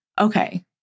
okay